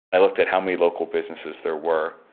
i looked at how many local businesses there were,